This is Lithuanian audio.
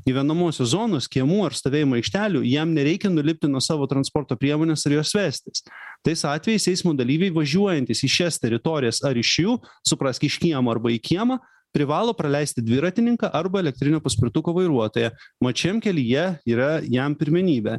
gyvenamosios zonos kiemų ar stovėjimo aikštelių jam nereikia nulipti nuo savo transporto priemonės ir jos vestis tais atvejais eismo dalyviai važiuojantys į šias teritorijas ar iš jų suprask iš kiemo arba į kiemą privalo praleisti dviratininką arba elektrinio paspirtuko vairuotoją mat šiam kelyje yra jam pirmenybė